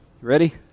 Ready